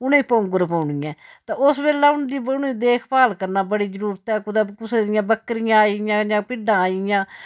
उनेंगी पौंगर पौनी ऐ ते ओस बेल्लै हून उं'दी देखभाल करना बड़ी जरूरत ऐ कुतै कुसै दियां बक्करियां आई दियां जां भिड्डआं आई गेइयां